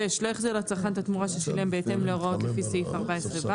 6. לא החזיר לצרכן את התמורה ששילם בהתאם להוראות לפי סעיף 14ו,